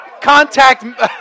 contact